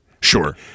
Sure